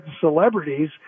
celebrities